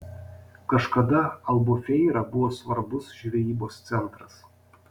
kažkada albufeira buvo svarbus žvejybos centras